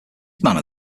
manner